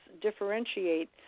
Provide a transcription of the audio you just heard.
differentiate